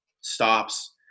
stops